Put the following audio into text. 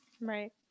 Right